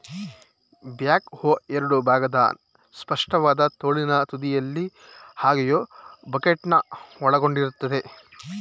back ಹೋ ಎರಡು ಭಾಗದ ಸ್ಪಷ್ಟವಾದ ತೋಳಿನ ತುದಿಯಲ್ಲಿ ಅಗೆಯೋ ಬಕೆಟ್ನ ಒಳಗೊಂಡಿರ್ತದೆ